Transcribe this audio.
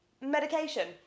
Medication